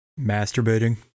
Masturbating